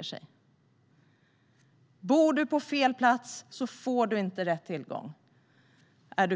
Den som bor på fel plats får inte rätt tillgång.